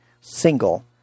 single